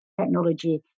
technology